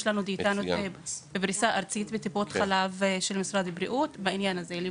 יש לנו דיאטניות בפריסה ארצית לטובת ליווי משפחות,